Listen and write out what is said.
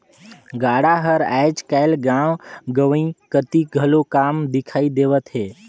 गाड़ा हर आएज काएल गाँव गंवई कती घलो कम दिखई देवत हे